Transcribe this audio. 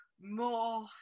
more